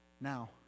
Now